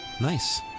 nice